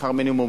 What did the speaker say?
שכר המינימום,